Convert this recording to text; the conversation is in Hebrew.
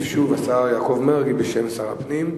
ישיב שוב השר יעקב מרגי בשם שר הפנים,